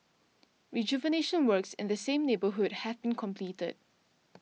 rejuvenation works in the same neighbourhood have been completed